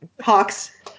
Hawks